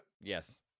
Yes